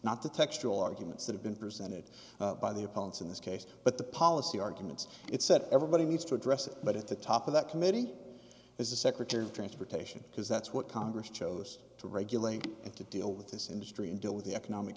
not the textual arguments that have been presented by the opponents in this case but the policy arguments it said everybody needs to address it but at the top of that committee is the secretary of transportation because that's what congress chose to regulate and to deal with this industry and deal with the economic